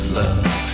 love